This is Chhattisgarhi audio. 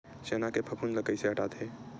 चना के फफूंद ल कइसे हटाथे?